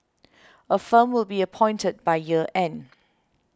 a firm will be appointed by year end